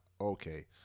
okay